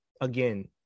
again